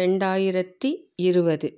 ரெண்டாயிரத்து இருபது